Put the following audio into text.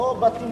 אולי